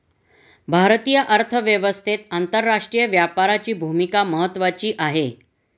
भारतीय अर्थव्यवस्थेत आंतरराष्ट्रीय व्यापाराची भूमिका महत्त्वाची आहे